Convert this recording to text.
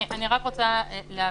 אני רק רוצה להסביר.